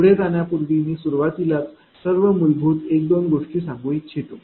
पुढे जाण्यापूर्वी मी सुरवातीलाच सर्व मूलभूत एक दोन गोष्टी सांगू इच्छितो